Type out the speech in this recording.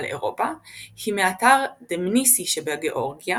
לאירופה היא מאתר דמניסי שבגאורגיה,